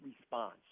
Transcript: response